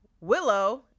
willow